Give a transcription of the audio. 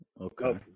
Okay